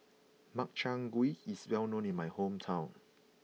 Makchang Gui is well known in my hometown